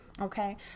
Okay